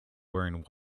wearing